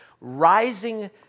rising